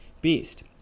beast